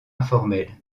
informel